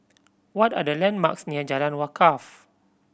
what are the landmarks near Jalan Wakaff